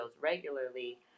regularly